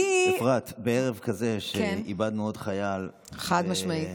אפרת, בערב כזה, שאיבדנו עוד חייל, חד-משמעית.